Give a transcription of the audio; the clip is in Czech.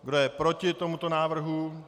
Kdo je proti tomuto návrhu?